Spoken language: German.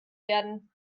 werden